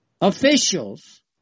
officials